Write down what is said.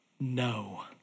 No